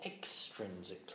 extrinsically